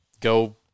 Go